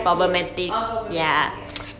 happiest unproblematic yes